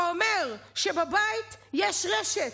ואומר שבבית יש רשת,